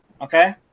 okay